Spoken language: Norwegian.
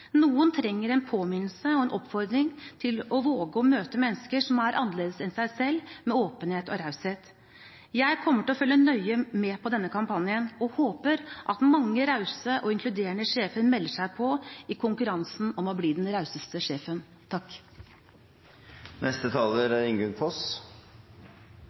Noen trenger en påminnelse om og en oppfordring til å våge å møte mennesker som er annerledes enn dem selv, med åpenhet og raushet. Jeg kommer til å følge nøye med på denne kampanjen, og jeg håper at mange rause og inkluderende sjefer melder seg på i konkurransen om å bli den rauseste sjefen.